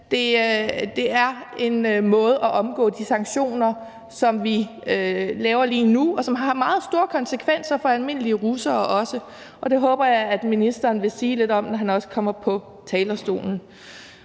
det er en måde at omgå de sanktioner på, som vi laver lige nu, og som har meget store konsekvenser for almindelige russere også. Det håber jeg at ministeren vil sige lidt om, når han også kommer på talerstolen.